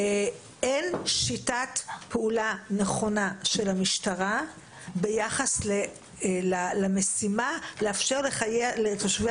אין שיטת פעולה נכונה של המשטרה ביחס למשימה לאפשר לתושבי